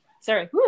Sorry